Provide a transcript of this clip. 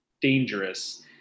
dangerous